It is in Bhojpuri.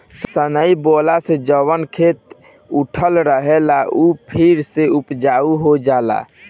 सनई बोअला से जवन खेत उकठल रहेला उ फेन से उपजाऊ हो जाला